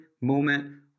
moment